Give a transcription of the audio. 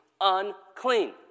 unclean